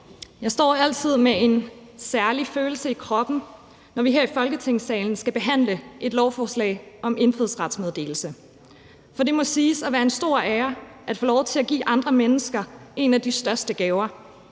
Jeg står altid med en særlig følelse i kroppen, når vi her i Folketingssalen skal behandle et lovforslag om indfødsrets meddelelse. For det må siges at være en stor ære at få lov til at give andre mennesker en af de største gaver,